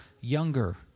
younger